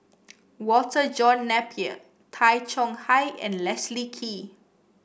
Walter John Napier Tay Chong Hai and Leslie Kee